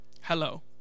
Hello